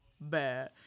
bad